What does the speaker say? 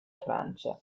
francia